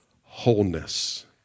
wholeness